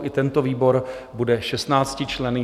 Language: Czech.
I tento výbor bude 16členný.